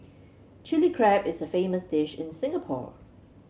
Chilli Crab is a famous dish in Singapore